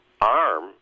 arm